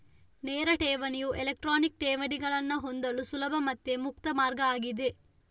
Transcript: ನೇರ ಠೇವಣಿಯು ಎಲೆಕ್ಟ್ರಾನಿಕ್ ಠೇವಣಿಗಳನ್ನ ಹೊಂದಲು ಸುಲಭ ಮತ್ತೆ ಮುಕ್ತ ಮಾರ್ಗ ಆಗಿದೆ